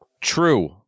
True